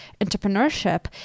entrepreneurship